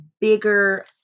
bigger